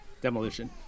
Demolition